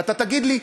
ואתה תגיד לי,